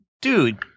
dude